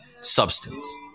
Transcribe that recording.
substance